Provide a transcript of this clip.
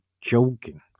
joking